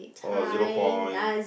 or zero point